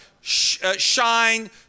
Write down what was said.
shine